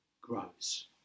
grows